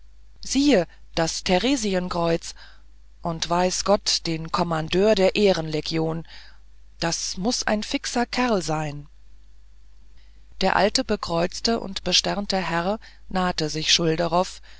siehe des theresienkreuz und weiß gott den kommandeur der ehrenlegion das muß ein fixer kerl sein der alte bekreuzte und besternte herr nahte sich schulderoff